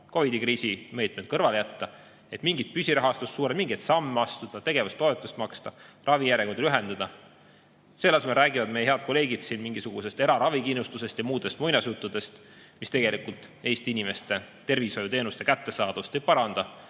kriisi meetmed kõrvale jätta –, et mingit püsirahastust suurendada, mingeid samme astuda, tegevustoetust maksta, ravijärjekordi lühendada. Selle asemel räägivad meie head kolleegid siin mingisugusest eraravikindlustusest ja muudest muinasjuttudest, mis tegelikult Eesti inimeste tervishoiuteenuste kättesaadavust ei paranda,